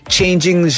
Changing